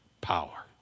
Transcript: Power